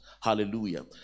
Hallelujah